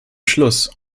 schluss